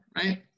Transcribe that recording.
right